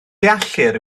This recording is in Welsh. deallir